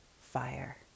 fire